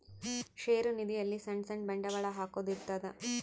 ಷೇರು ನಿಧಿ ಅಲ್ಲಿ ಸಣ್ ಸಣ್ ಬಂಡವಾಳ ಹಾಕೊದ್ ಇರ್ತದ